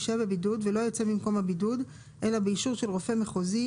ישהה בבידוד ולא יצא ממקום הבידוד אלא באישור של רופא מחוזי,